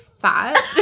fat